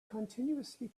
continuously